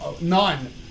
none